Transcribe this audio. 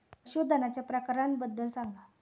पशूधनाच्या प्रकारांबद्दल सांगा